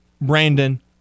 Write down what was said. Brandon